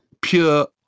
pure